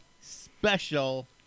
special